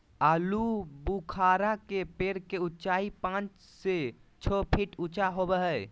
आलूबुखारा के पेड़ के उचाई पांच से छह फीट ऊँचा होबो हइ